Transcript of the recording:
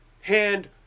hand